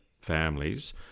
families